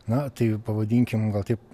na tai pavadinkim gal taip